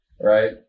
Right